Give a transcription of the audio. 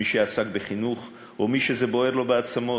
מי שעסק בחינוך או מי שזה בוער לו בעצמות,